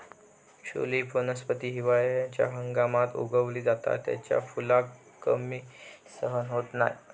tulip वनस्पती हिवाळ्याच्या हंगामात उगवली जाता त्याच्या फुलाक गर्मी सहन होत नाय